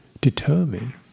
determine